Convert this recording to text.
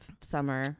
summer